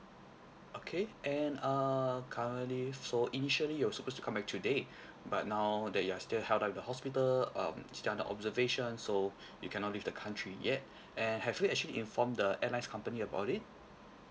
okay and err currently so initially you were supposed to come back today but now that you are still held up at the hospital um still under observation so you cannot leave the country yet and have you actually informed the airlines company about it